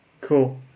Cool